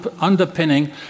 underpinning